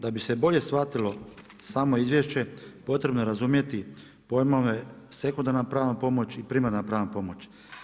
Da bi se bolje shvatilo samo izvješće, potrebno je razumjeti pojmove sekundarna pravna pomoć i primarna pravna pomoć.